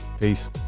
peace